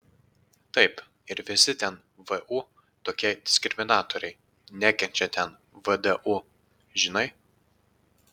taip ir visi ten vu tokie diskriminatoriai nekenčia ten vdu žinai